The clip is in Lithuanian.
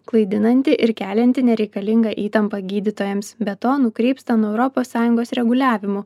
klaidinanti ir kelianti nereikalingą įtampą gydytojams be to nukrypsta nuo europos sąjungos reguliavimų